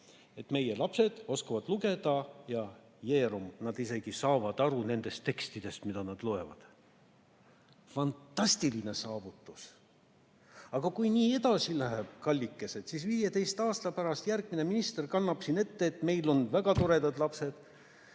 meie lapsed oskavad lugeda, ja jeerum, nad isegi saavad aru nendest tekstidest, mida nad loevad. Fantastiline saavutus! Aga kui nii edasi läheb, kallikesed, siis 15 aasta pärast kannab järgmine minister siin ette, et meil on väga toredad lapsed,